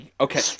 okay